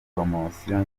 poromosiyo